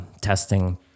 testing